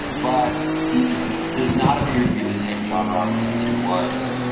but he is does not appear to be the same john roberts as he was